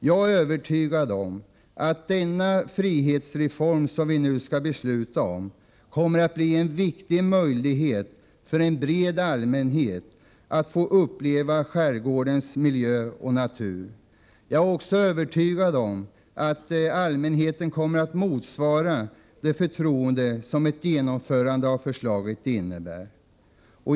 Jag är övertygad om att denna frihetsreform, som vi nu skall besluta om, kommer att bli en viktig möjlighet för en bred allmänhet att få uppleva skärgårdens miljö och natur. Jag är också övertygad om att allmänheten kommer att motsvara det förtroende som ett genomförande av förslaget innebär.